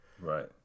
Right